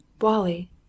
Wally